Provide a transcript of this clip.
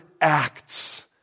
acts